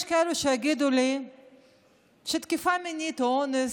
יש כאלה שיגידו לי שתקיפה מינית, או אונס,